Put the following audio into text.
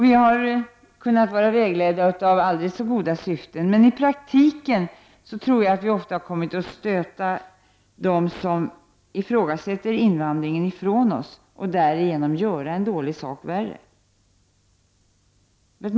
Vi har också kunnat vara vägledda av aldrig så goda syften, men i praktiken tror jag att vi ofta har kommit att stöta bort dem som ifrågasätter invandringen och därigenom göra en dålig sak sämre.